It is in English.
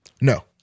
No